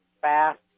fast